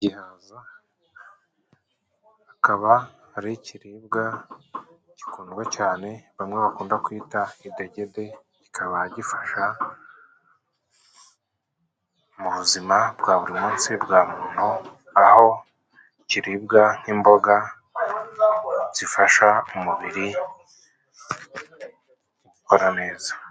Igihaza akaba ari ikiribwa gikundwa cyane bamwe bakunda kwita idegede. Kikaba gifasha mu buzima bwa buri munsi bwa muntu aho kiribwa nk'imboga zifasha umubiri gukora neza.